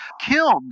killed